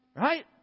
Right